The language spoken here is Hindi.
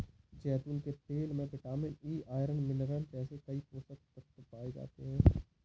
जैतून के तेल में विटामिन ई, आयरन, मिनरल जैसे कई पोषक तत्व पाए जाते हैं